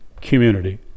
community